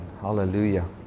Hallelujah